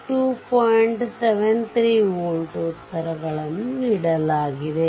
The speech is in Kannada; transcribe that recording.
73 ವೋಲ್ಟ್ ಉತ್ತರಗಳನ್ನು ನೀಡಲಾಗಿದೆ